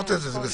זה לא